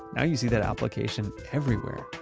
now you see that application everywhere.